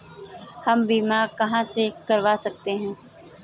हम बीमा कहां से करवा सकते हैं?